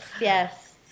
yes